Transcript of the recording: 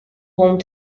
home